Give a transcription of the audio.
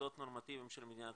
מוכן, רק תן לנו לעבוד.